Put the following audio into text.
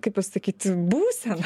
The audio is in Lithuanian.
kaip pasakyt būseną